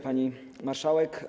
Pani Marszałek!